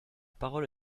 parole